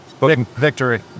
Victory